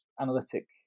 analytic